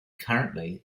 currently